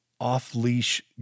off-leash